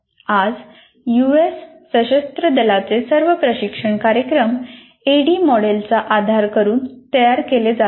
आज यूएस सशस्त्र दलाचे सर्व प्रशिक्षण कार्यक्रम एडीआयडीईऍडी मॉडेलचा वापर करून तयार केले जात आहेत